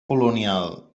colonial